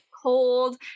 cold